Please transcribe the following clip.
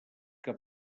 que